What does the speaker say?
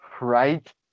Right